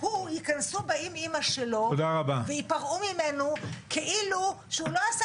ייכנסו באם אימא שלו וייפרעו ממנו כאילו שהוא לא עשה